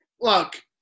look